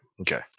Okay